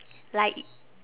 like